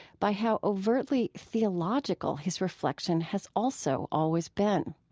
by how overtly theological his reflection has also always been.